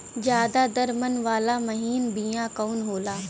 ज्यादा दर मन वाला महीन बिया कवन होला?